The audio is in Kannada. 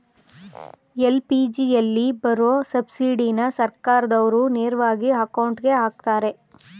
ಎಲ್.ಪಿ.ಜಿಯಲ್ಲಿ ಬರೋ ಸಬ್ಸಿಡಿನ ಸರ್ಕಾರ್ದಾವ್ರು ನೇರವಾಗಿ ಅಕೌಂಟ್ಗೆ ಅಕ್ತರೆ